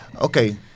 Okay